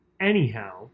Anyhow